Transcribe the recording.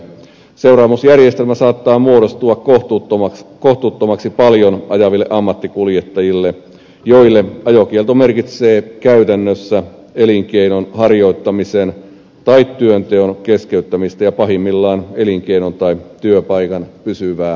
seuraamusjärjestelmä saattaa muodostua kohtuuttomaksi paljon ajaville ammattikuljettajille joille ajokielto merkitsee käytännössä elinkeinon harjoittamisen tai työnteon keskeyttämistä ja pahimmillaan elinkeinon tai työpaikan pysyvää menetystä